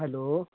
hello